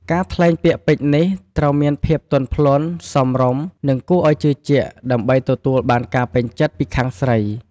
ការថ្លែងពាក្យពេចន៍នេះត្រូវមានភាពទន់ភ្លន់ សមរម្យ និងគួរឲ្យជឿជាក់ ដើម្បីទទួលបានការពេញចិត្តពីខាងស្រី។